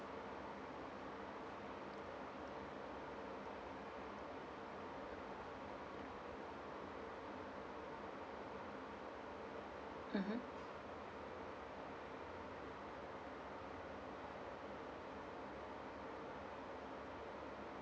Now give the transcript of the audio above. mm